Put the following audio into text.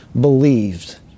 believed